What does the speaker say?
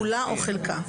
כולה או חלקה.